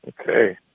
Okay